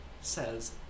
says